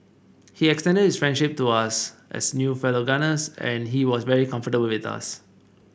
he extended his friendship to us as new fellow gunners and he was very comfortable with us